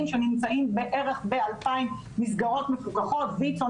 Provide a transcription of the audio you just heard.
שנמצאים בערך ב-2,000 מסגרות מפוקחים: ויצו,